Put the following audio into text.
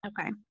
Okay